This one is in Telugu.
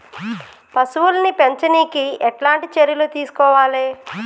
పశువుల్ని పెంచనీకి ఎట్లాంటి చర్యలు తీసుకోవాలే?